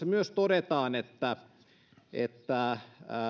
myös todetaan että että